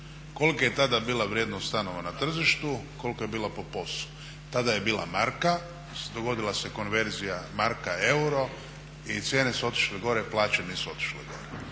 Kolika je tada bila vrijednost stanova na tržištu, kolika je bila po POS-u. Tada je bila marka, dogodila se konverzija marka-euro i cijene su otišle gore, plaće nisu otišle gore.